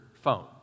phone